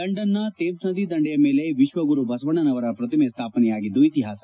ಲಂಡನ್ನ ಥೇಮ್ ನದಿ ದಂಡೆಯ ಮೇಲೆ ವಿಶ್ವ ಗುರು ಬಸವಣ್ಣನವರ ಪ್ರತಿಮೆ ಸ್ಥಾಪನೆಯಾಗಿದ್ದು ಇತಿಹಾಸ